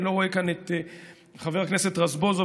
אני לא רואה כאן את חבר הכנסת רזבוזוב,